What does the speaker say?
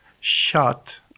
shot